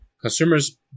consumers